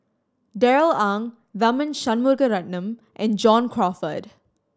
Darrell Ang Tharman Shanmugaratnam and John Crawfurd